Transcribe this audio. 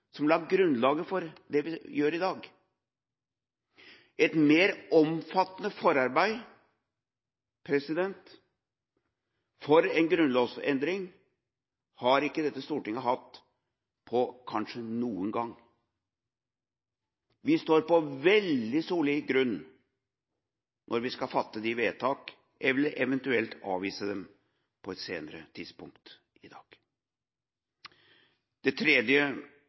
som la grunnlaget for det vi gjør i dag. Et mer omfattende forarbeid for en grunnlovsendring har kanskje ikke dette stortinget hatt noen gang. Vi står på veldig solid grunn når vi skal fatte disse vedtakene – eventuelt avvise dem – på et senere tidspunkt i dag. Det tredje